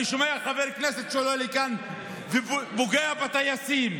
אני שומע חבר כנסת שעולה לכאן ופוגע בטייסים,